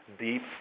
deep